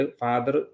father